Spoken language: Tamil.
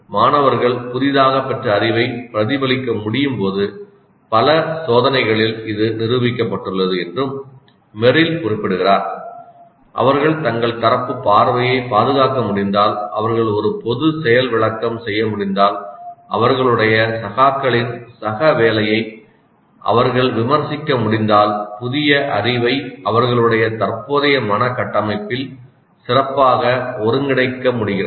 மாணவர்கள் புதிதாகப் பெற்ற அறிவைப் பிரதிபலிக்கமுடியும் போது பல சோதனைகளில் இது நிரூபிக்கப்பட்டுள்ளது என்றும் மெரில் குறிப்பிடுகிறார் அவர்கள் தங்கள் தரப்பு பார்வையை பாதுகாக்க முடிந்தால் அவர்கள் ஒரு பொது செயல் விளக்கம் செய்ய முடிந்தால் அவர்களுடைய சகாக்களின் சக வேலையை அவர்கள் விமர்சிக்க முடிந்தால் புதிய அறிவை அவர்களுடைய தற்போதைய மன கட்டமைப்பில் சிறப்பாக ஒருங்கிணைக்க முடிகிறது